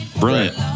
Brilliant